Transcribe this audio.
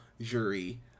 jury